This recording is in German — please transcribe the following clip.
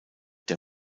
der